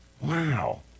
Wow